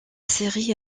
série